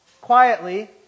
Quietly